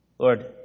Lord